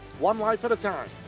one life at a time?